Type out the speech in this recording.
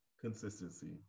Consistency